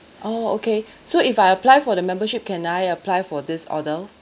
oh okay so if I apply for the membership can I apply for this order